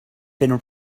been